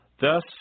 Thus